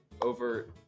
over